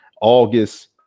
August